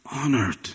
honored